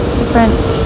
different